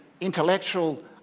intellectual